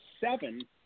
seven